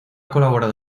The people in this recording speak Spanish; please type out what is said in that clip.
colaborado